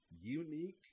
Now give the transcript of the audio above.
unique